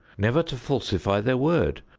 never to falsify their word,